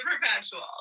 Perpetual